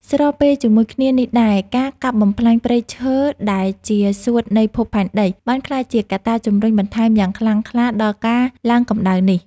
ស្របពេលជាមួយគ្នានេះដែរ ការកាប់បំផ្លាញព្រៃឈើដែលជា សួតនៃភពផែនដី បានក្លាយជាកត្តាជម្រុញបន្ថែមយ៉ាងខ្លាំងក្លាដល់ការឡើងកម្ដៅនេះ។